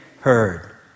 heard